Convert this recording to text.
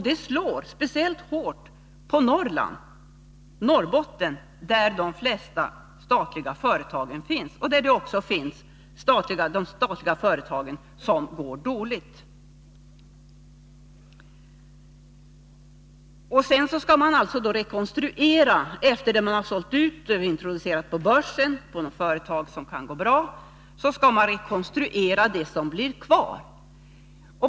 Det slår speciellt hårt mot Norrland, framför allt Norrbotten, där de flesta statliga företagen och de statliga företag som går dåligt finns. Efter det att man har sålt ut och på börsen introducerat de företag som kan gå bra skall man enligt er rekonstruera det som blir kvar.